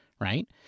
right